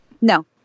No